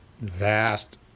vast